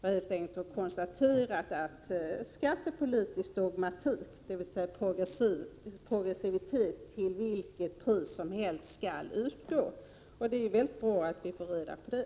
Jag har helt enkelt pekat på er skattepolitiska dogmati, dvs. progressivitet skall tillämpas till vilket pris som helst. Det är mycket bra att vi fått reda på det.